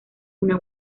una